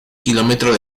kilómetro